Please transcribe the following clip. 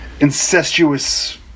incestuous